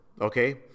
Okay